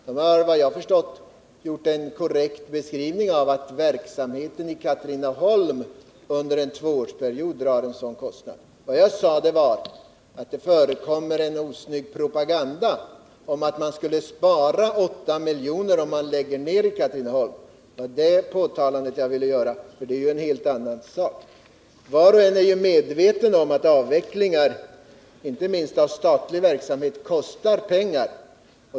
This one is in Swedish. Den har, såvitt jag förstår, gjort en korrekt beskrivning av att verksamheten i Katrineholm under en tvåårsperiod drar en sådan kostnad. Vad jag sade var att det förekommer en osnygg propaganda som går ut på att man skulle kunna spara 8 miljoner om man lägger ned verksamheten i Katrineholm. Det var det påpekandet jag ville göra, och det är ju en helt annan sak. Var och en är medveten om att avvecklingar — inte minst av statlig verksamhet — kostar pengar.